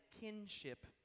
kinship